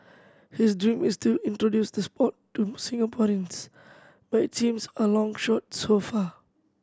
his dream is to introduce the sport to Singaporeans but it seems a long shot so far